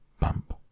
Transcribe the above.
bump